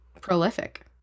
prolific